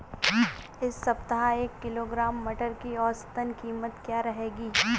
इस सप्ताह एक किलोग्राम मटर की औसतन कीमत क्या रहेगी?